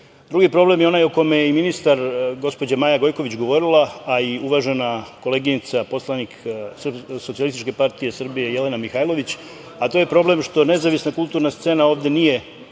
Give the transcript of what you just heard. se. Drugi problem je onaj o kome je i ministar gospođa Maja Gojković govorila, a i uvažena koleginica poslanik SPS Jelena Mihajlović, a to je problem što nezavisna kulturna scena ovde nije